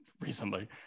recently